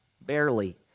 Barely